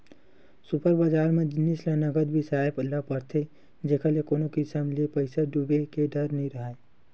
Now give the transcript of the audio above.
super बजार म जिनिस ल नगद बिसाए ल परथे जेखर ले कोनो किसम ले पइसा डूबे के डर नइ राहय